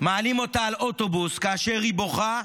מעלים אותה על אוטובוס כאשר היא בוכה,